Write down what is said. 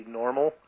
normal